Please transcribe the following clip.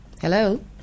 Hello